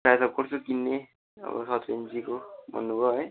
बा त कस्तो किन्ने अब सत्र इन्चीको भन्नु भयो है